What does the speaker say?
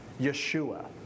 Yeshua